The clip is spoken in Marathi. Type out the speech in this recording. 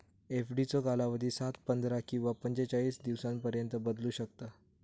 एफडीचो कालावधी सात, पंधरा किंवा पंचेचाळीस दिवसांपर्यंत बदलू शकता